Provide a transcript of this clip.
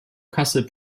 kassel